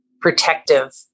protective